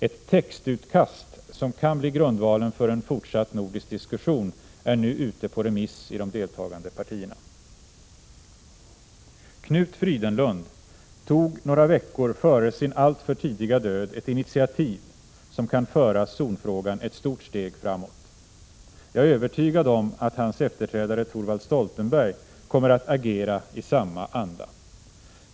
Ett textutkast som kan bli grundvalen för en fortsatt nordisk diskussion är nu ute på remiss i de deltagande partierna. Knut Frydenlund tog några veckor före sin alltför tidiga död ett initiativ, som kan föra zonfrågan ett stort steg framåt. Jag är övertygad om att hans efterträdare Thorvald Stoltenberg kommer att agera i samma anda.